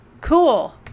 Cool